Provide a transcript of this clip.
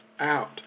out